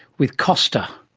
with costa,